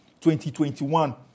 2021